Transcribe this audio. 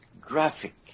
graphic